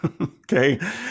Okay